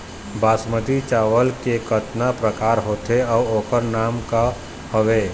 बासमती चावल के कतना प्रकार होथे अउ ओकर नाम क हवे?